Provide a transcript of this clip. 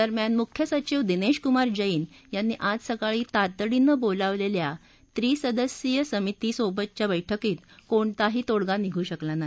दरम्यान मुख्य सचिव दिनेश कुमार जैन यांनी आज सकाळी तातडीनं बोलवलेल्या त्रिसदस्यीय समिती सोबतची बैठकीत कोणताही तोडगा निघु शकला नाही